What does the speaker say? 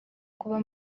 kuba